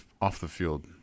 off-the-field